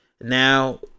Now